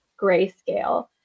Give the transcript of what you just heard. grayscale